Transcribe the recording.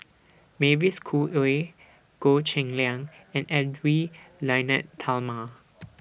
Mavis Khoo Oei Goh Cheng Liang and Edwy Lyonet Talma